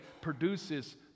produces